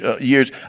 years